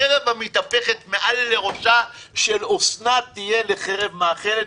החרב המתהפכת מעל לראשה של אוסנת תהיה לחרב מאכלת,